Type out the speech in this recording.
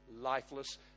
lifeless